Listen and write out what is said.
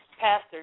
Pastor